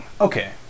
Okay